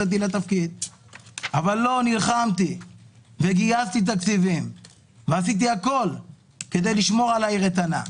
אבל נלחמתי וגייסתי תקציבים ועשיתי הכול כדי לשמור על העיר איתנה,